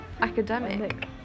academic